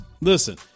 Listen